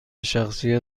شخصی